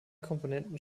komponenten